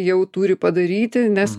jau turi padaryti nes